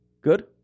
good